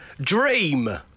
dream